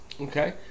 Okay